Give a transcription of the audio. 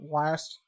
last